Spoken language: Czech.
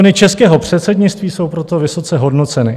Výkony českého předsednictví jsou proto vysoce hodnoceny.